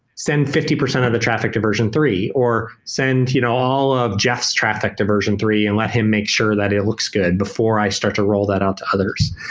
send fifty percent of the traffic to version three, or send you know all of jeff's traffic to version three and let him make sure that it looks good before i start to roll that out to others.